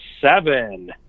seven